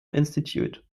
institute